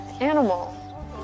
animal